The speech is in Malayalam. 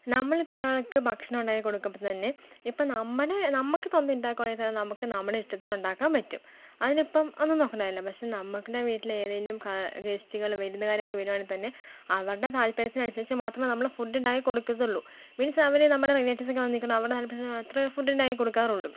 നമ്മൾ ഇപ്പോൾ ഒരാൾക്ക് ഭക്ഷണം ഉണ്ടാക്കി കൊടുക്കുമ്പോൾ തന്നെ ഇപ്പോൾ നമ്മുടെ നമുക്ക് സ്വന്തം ഉണ്ടാക്കുവാണെങ്കിൽ തന്നെ നമുക്ക് നമ്മുടെ ഇഷ്ടത്തിന് ഉണ്ടാക്കാൻ പറ്റും അതിനിപ്പം ഒന്നും നോക്കേണ്ട കാര്യമില്ല പക്ഷേ നമ്മുടെ വീട്ടിലേക്ക് ഏതെങ്കിലും ഗസ്റ്റുകൾ വിരുന്നുകാരൊക്കെ വരുവാണെങ്കിൽ തന്നെ അവരുടെ താൽപ്പര്യത്തിനനുസരിച്ച് മാത്രമേ നമ്മൾ ഫൂഡ് ഉണ്ടാക്കി കൊടുക്കത്തുള്ളൂ മീൻസ് അവർ നമ്മുടെ റിലേറ്റീവ്സ് ഒക്കെ വന്നിരിക്കുമ്പോൾ അവരുടെ താൽപ്പര്യത്തിന് മാത്രമേ ഫുഡ് ഉണ്ടാക്കി കൊടുക്കാറുള്ളൂ